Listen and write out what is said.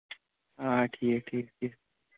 آ ٹھیٖک ٹھیٖک یہِ